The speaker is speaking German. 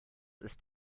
ist